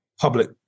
public